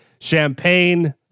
Champagne